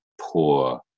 poor